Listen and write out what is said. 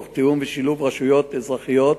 בתיאום ובשילוב עם רשויות אזרחיות,